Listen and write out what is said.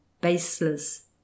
baseless